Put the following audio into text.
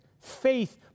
faith